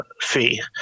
fee